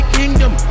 kingdom